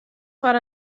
foar